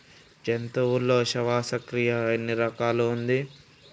జంతువులలో శ్వాసక్రియ ఎన్ని రకాలు ఉంటది?